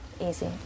Easy